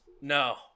No